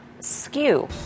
skew